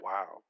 Wow